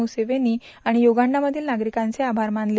Museveni आणि य्रगांडामधील नागरिकांचे आभार मानले